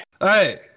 Hey